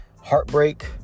heartbreak